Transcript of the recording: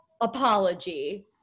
apology